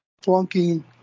flunking